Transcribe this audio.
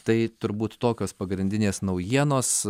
tai turbūt tokios pagrindinės naujienos